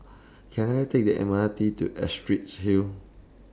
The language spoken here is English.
Can I Take The M R T to Astrid Hill